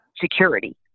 security